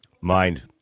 Mind